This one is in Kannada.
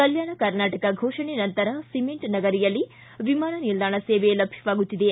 ಕಲ್ಲಾಣ ಕರ್ನಾಟಕದ ಘೋ ಣೆ ನಂತರ ಸಿಮೆಂಟ್ ನಗರಿಯಲ್ಲಿ ವಿಮಾನ ನಿಲ್ದಾಣ ಸೇವೆ ಲಭ್ಯವಾಗುತ್ತಿದೆ